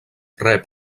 rep